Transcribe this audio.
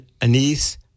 Anise